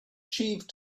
achieved